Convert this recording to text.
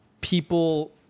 people